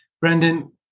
Brendan